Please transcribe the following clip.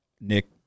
Nick